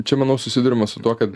čia manau susiduriama su tuo kad